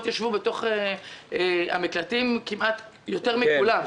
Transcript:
ישבו בתוך המקלטים כמעט יותר מכולם,